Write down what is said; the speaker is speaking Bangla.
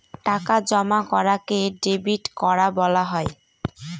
টাকা জমা করাকে ডেবিট করা বলা হয়